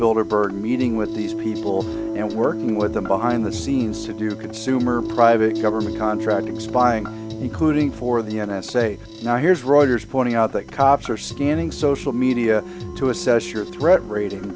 build a bird meeting with these people and working with them behind the scenes to do consumer private government contracting spying including for the n s a now here's reuters pointing out that cops are scanning social media to assess your threat rating and